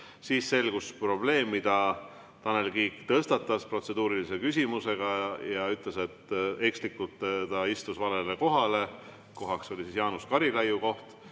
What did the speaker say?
Siis selgus probleem, mille Tanel Kiik tõstatas protseduurilise küsimusega. Ta ütles, et ekslikult ta istus valele kohale, kohaks oli Jaanus Karilaiu koht,